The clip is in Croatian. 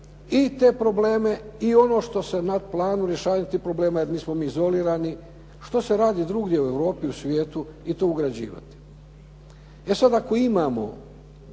i te probleme i ono što se na planu rješavanja tih problema, jer nismo mi izolirani što se radi drugdje u Europi, u svijetu i to ugrađivati. E sad, ako imamo